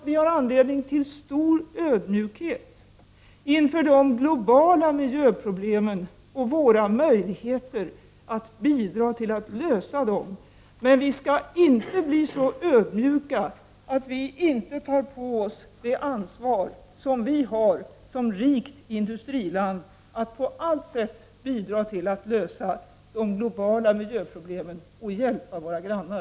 Vi har anledning till stor ödmjukhet inför de globala miljöproblemen och våra möjligheter att bidra till att lösa dem. Men vi skall inte bli så ödmjuka att vi inte tar på oss det ansvar som vi har som rikt industriland att på allt sätt bidra till att lösa de globala miljöproblemen och hjälpa våra grannar.